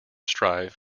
strive